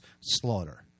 slaughter